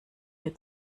mir